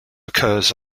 occurs